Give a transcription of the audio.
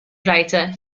writer